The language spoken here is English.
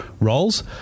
roles